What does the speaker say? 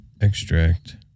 extract